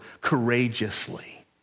courageously